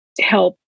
help